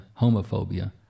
homophobia